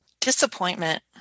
Disappointment